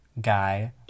guy